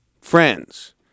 friends